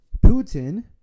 Putin